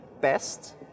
best